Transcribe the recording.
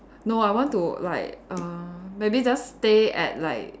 no I want to like err maybe just stay at like